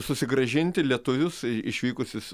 susigrąžinti lietuvius išvykusius